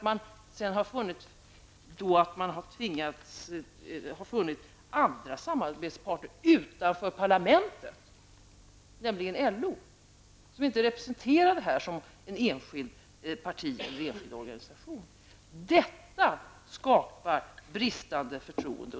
Man har funnit en annan samarbetspartner utanför parlamentet, nämligen LO, som inte är representerat här som ett parti eller en enskild organisation. Detta skapar bristande förtroende.